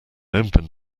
open